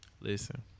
Listen